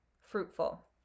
fruitful